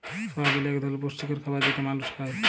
সয়াবিল এক ধরলের পুষ্টিকর খাবার যেটা মালুস খায়